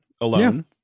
alone